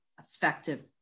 effective